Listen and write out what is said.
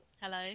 Hello